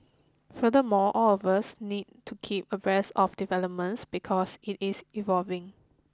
furthermore all of us need to keep abreast of developments because it is evolving